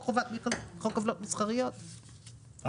מה